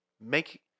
make